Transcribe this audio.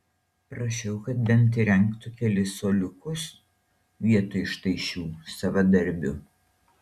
prašiau kad bent įrengtų kelis suoliukus vietoj štai šių savadarbių